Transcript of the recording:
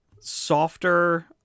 softer